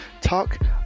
talk